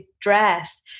dress